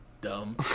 dumb